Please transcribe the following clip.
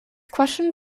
questioned